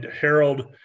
Harold